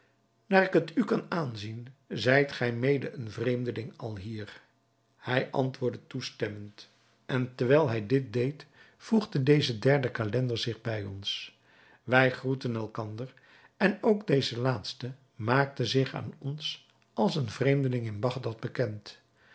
naar ik het u kan aanzien zijt gij mede een vreemdeling alhier hij antwoordde toestemmend en terwijl hij dit deed voegde deze derde calender zich bij ons wij groetten elkander en ook deze laatste maakte zich aan ons als een vreemdeling in bagdad bekend